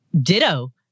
Ditto